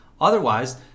Otherwise